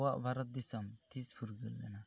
ᱟᱵᱚᱣᱟᱜ ᱵᱷᱟᱨᱚᱛ ᱫᱤᱥᱚᱢ ᱛᱤᱥ ᱯᱷᱩᱨᱜᱟᱹᱞ ᱞᱮᱱᱟ